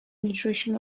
nutrition